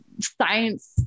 science